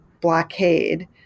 blockade